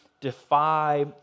defy